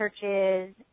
churches